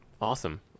Awesome